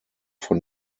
von